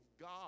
God